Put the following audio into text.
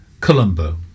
Colombo